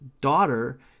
daughter